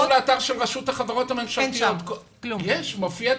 תכנסו לאתר של רשות החברות הממשלתיות זה מופיע שם.